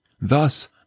Thus